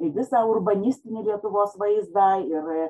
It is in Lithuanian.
į visą urbanistinį lietuvos vaizdą ir